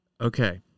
Okay